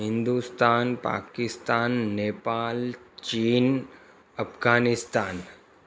हिंदुस्तान पाकिस्तान नेपाल चीन अफ़गानिस्तान